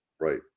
Right